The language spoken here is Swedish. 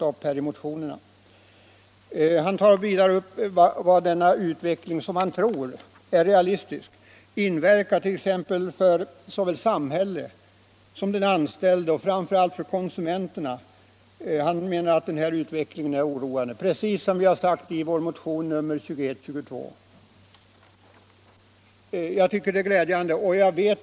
Han tar vidare upp hur denna utveckling —- som han tror är realistisk —- inverkar på såväl samhället som den anställde och framför allt på konsumenten. Han menar att utvecklingen är oroande. Det är precis vad vi har anfört i vår motion nr 2122. Jag tycker det är glädjande att han tar upp dessa frågor.